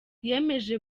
yemeje